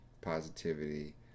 positivity